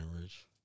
rich